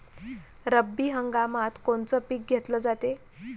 रब्बी हंगामात कोनचं पिक घेतलं जाते?